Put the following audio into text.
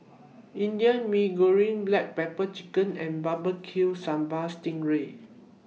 Indian Mee Goreng Black Pepper Chicken and Barbecue Sambal Sting Ray